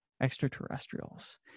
extraterrestrials